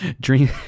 Dream